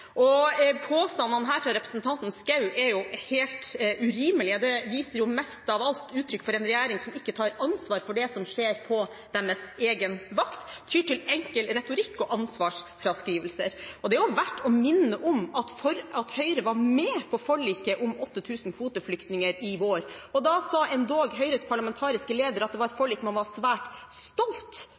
siden. Påstandene fra representanten Schou er jo helt urimelige. De gir mest av alt uttrykk for en regjering som ikke tar ansvar for det som skjer på deres egen vakt, og som tyr til enkel retorikk og ansvarsfraskrivelser. Det er verdt å minne om at Høyre var med på forliket om 8 000 kvoteflyktninger i vår. Da sa endog Høyres parlamentariske leder at det var et forlik man var svært stolt